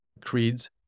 creeds